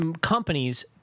companies